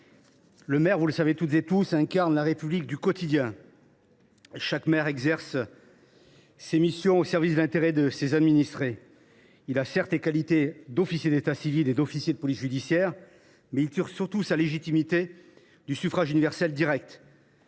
collègues, vous le savez tous, le maire incarne la République du quotidien. Chaque maire exerce ses missions au service de l’intérêt de ses administrés. Certes, il a les qualités d’officier d’état civil et d’officier de police judiciaire, mais il tire surtout sa légitimité du scrutin universel direct,